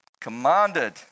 commanded